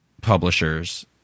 publishers